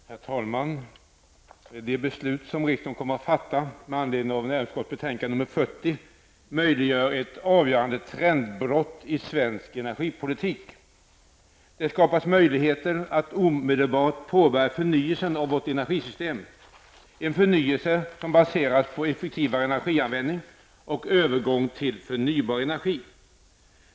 Herr talman! Det beslut som riksdagen kommer att fatta med anledning av näringsutskottets betänkande nr 40 möjliggör ett avgörande trendbrott i svensk energipolitik. Det skapas möjlighet att omedelbart påbörja förnyelsen av vårt energisystem, en förnyelse som baseras på effektivare energianvändning och övergång till förnybar energi.